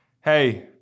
hey